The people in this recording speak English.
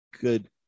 good